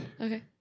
okay